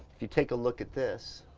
you take a look at this,